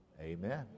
Amen